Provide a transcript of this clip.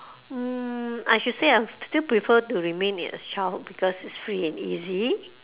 um I should say I'll still prefer to remain in a childhood because it is free and easy